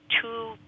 two